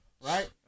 right